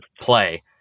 play